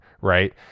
right